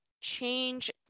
change